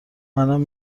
منم